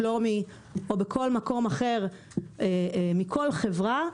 שלומי או בכל מקום אחר מכל חברה,